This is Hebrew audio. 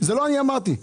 ולא אני אמרתי את זה.